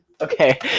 Okay